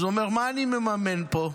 אז הוא אומר: מה אני מממן פה?